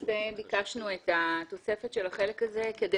ביקשנו את התוספת של החלק הזה כדי